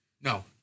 No